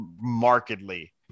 markedly